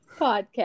podcast